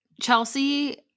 Chelsea